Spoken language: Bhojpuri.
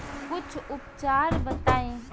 कुछ उपचार बताई?